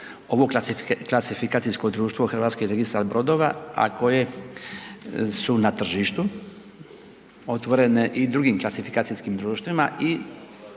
ovo klasifikacijsko društvo, Hrvatski registar brodova, a koje su na tržištu otvorene i drugim klasifikacijskim društvima i